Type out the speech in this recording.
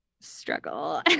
struggle